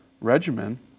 regimen